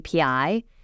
API